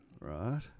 Right